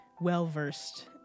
well-versed